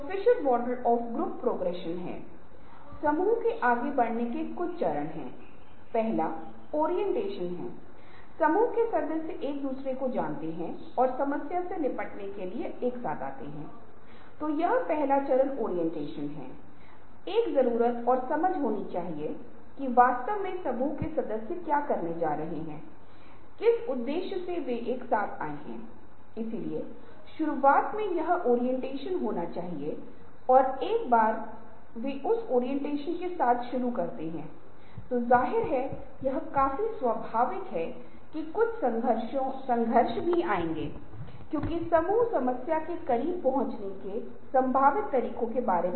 पुराने छात्र या बड़े लोग छोटे लोगों या छोटे छात्रों की तुलना में बेहतर समय प्रबंधन दिखाते हैं और अपने पुराने अध्ययन में जो हम एकल और दोहरे कैरियर परिवारों में आयोजित करते हैं एकल कैरियर परिवार वह होता है जहां परिवार का एक व्यक्ति या परमाणु परिवार से नियोजित किया जाता है या तो उसके पति या पत्नी कार्यरत हैं लेकिन दोहरी कैरियर परिवार वह है जहां पति और पत्नी दोनों कार्यरत हैं